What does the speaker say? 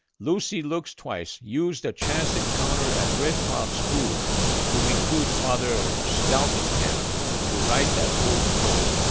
lucy looks twice used a chance encounter at red cloud school to recruit father steltenkamp to write that full story.